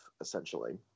essentially